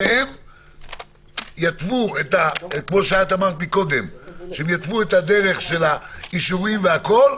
שיתוו את הדרך של האישורים והכול,